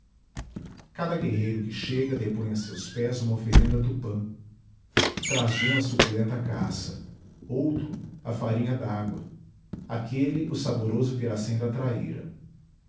cada guerreiro que chega depõe a seus pés uma oferenda a tupã traz um a suculenta caça outro a farinha dágua aquele o saboroso piracém da traíra